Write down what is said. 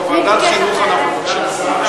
לא, ועדת החינוך אנחנו מבקשים.